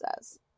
says